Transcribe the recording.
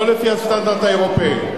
לא לפי הסטנדרד האירופי.